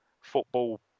football